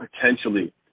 potentially